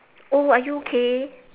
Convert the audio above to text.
are you okay